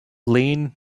lean